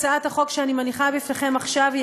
הצעת החוק שאני מניחה בפניכם עכשיו היא